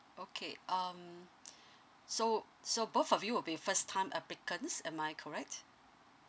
okay um so so both of you will be first time applicants am I correct